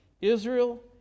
Israel